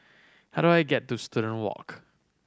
how do I get to Student Walk